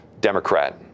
Democrat